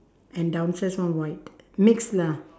and downstairs one white mix lah